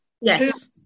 yes